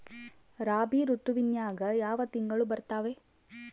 ರಾಬಿ ಋತುವಿನ್ಯಾಗ ಯಾವ ತಿಂಗಳು ಬರ್ತಾವೆ?